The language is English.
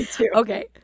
okay